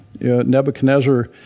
Nebuchadnezzar